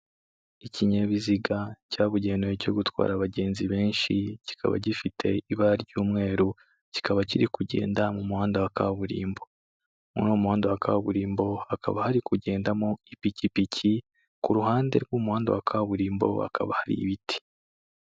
Ikinyabiziga cyabugenewe cyo gutwara abagenzi benshi, kikaba gifite ibara ry'umweru, kikaba kiri kugenda mu muhanda wa kaburimbo, muri uwo muhanda wa kaburimbo hakaba hari kugendamo ipikipiki, ku ruhande rw'umuhanda wa kaburimbo hakaba hari ibiti.